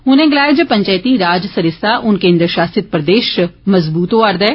उनें गलाया जे पंचैती राज सरिस्ता हुन केन्द्र शासित प्रदेश इच मज़बूत होआ'रदा ऐ